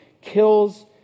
kills